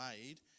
made